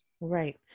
Right